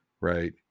Right